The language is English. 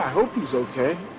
hope he's okay.